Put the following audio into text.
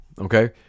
okay